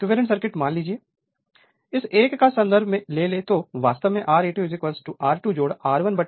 तो एक equivalent circuit मान लीजिए इस 1 का संदर्भ लें तो वास्तव में Re2 R2 R1K2 होगा